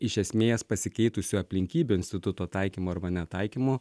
iš esmės pasikeitusių aplinkybių instituto taikymo arba netaikymo